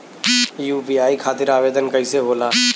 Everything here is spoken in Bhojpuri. यू.पी.आई खातिर आवेदन कैसे होला?